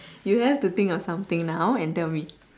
you have to think of something now and tell me